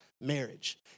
marriage